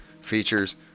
features